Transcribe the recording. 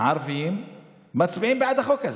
ערבים מצביעים בעד החוק הזה,